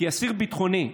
כי אסיר ביטחוני,